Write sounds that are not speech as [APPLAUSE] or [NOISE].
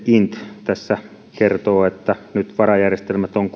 niin eurocontrol int kertoo että nyt varajärjestelmät on [UNINTELLIGIBLE]